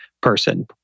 person